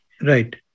Right